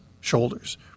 shoulders